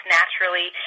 naturally